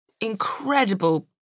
incredible